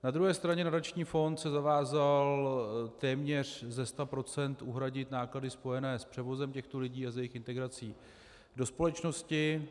Na druhé straně nadační fond se zavázal téměř ze 100 % uhradit náklady spojené s převozem těchto lidí a s jejich integrací do společnosti.